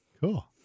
Cool